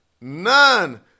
None